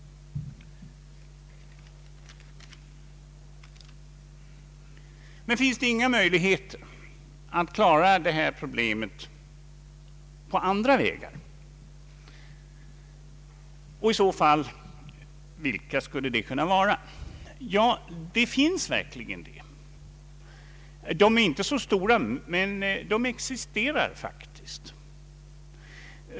Men finns det inga möjligheter att klara detta problem på andra vägar, och vilka skulle de i så fall kunna vara? Jo, sådana finns verkligen. De är inte så stora men de existerar.